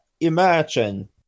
imagine